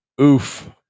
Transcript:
Oof